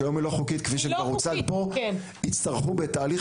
שהיום היא לא חוקית כפי שכבר הוצג פה - יצטרכו בתהליך